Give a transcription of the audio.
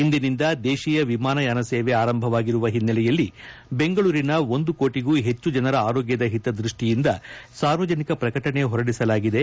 ಇಂದಿನಿಂದ ದೇಶೀಯ ವಿಮಾನಯಾನ ಸೇವೆ ಆರಂಭವಾಗಿರುವ ಹಿನ್ನೆಲೆಯಲ್ಲಿ ಬೆಂಗಳೂರಿನ ಒಂದು ಕೋಟಿಗೂ ಹೆಚ್ಚು ಜನರ ಆರೋಗ್ಯದ ಹಿತದೃಷ್ಟಿಯಿಂದ ಸಾರ್ವಜನಿಕ ಪ್ರಕಟಣೆ ಹೊರಡಿಸಲಾಗಿದೆ